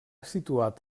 situat